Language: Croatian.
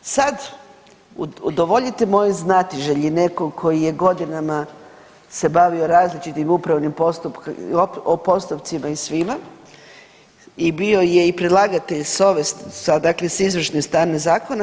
Sad udovoljite mojoj znatiželji, netko tko je godinama se bavio različitim upravnim postupcima i svime i bio je i predlagatelj s ove sa dakle izvršne strane zakona.